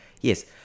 Yes